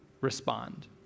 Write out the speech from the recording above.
respond